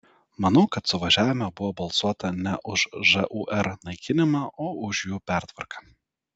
manau kad suvažiavime buvo balsuota ne už žūr naikinimą o už jų pertvarką